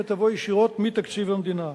שתבוא ישירות מתקציב המדינה.